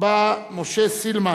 שבה משה סילמן